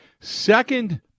Second